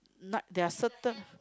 night there are certain